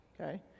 okay